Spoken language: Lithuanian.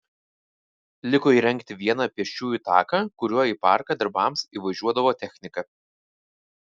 liko įrengti vieną pėsčiųjų taką kuriuo į parką darbams įvažiuodavo technika